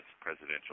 presidential